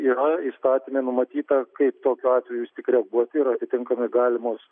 yra įstatyme numatyta kaip tokiu atveju vis tik reaguoti ir atitinkamai galimos